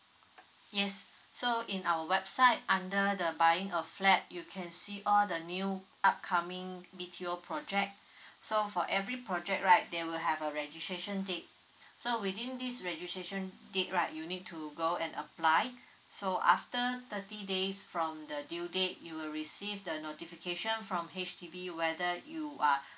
yes so in our website under the buying a flat you can see all the new upcoming B_T_O project so for every project right they will have a registration date so within this registration date right you need to go and apply so after thirty days from the due date you will receive the notification from H_D_B whether you are